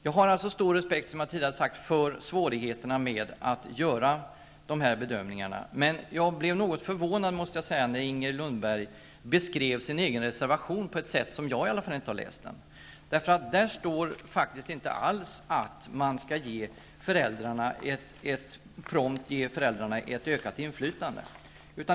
Som jag tidigare har sagt har jag stor respekt för svårigheterna att göra dessa bedömningar. Men jag blev något förvånad när Inger Lundberg beskrev sin egen reservation på ett sätt som åtminstone inte jag har läst den. I reservationen står det faktiskt inte alls att man prompt skall ge föräldrarna ett ökat inflytande.